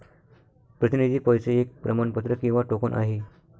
प्रतिनिधी पैसे एक प्रमाणपत्र किंवा टोकन आहे